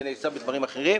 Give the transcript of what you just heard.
זה נעשה בדברים אחרים.